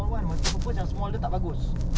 I can't be doing that ah